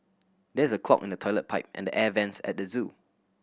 there is a clog in the toilet pipe and air vents at the zoo